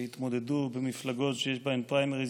שהתמודדו במפלגות שיש בהן פריימריז,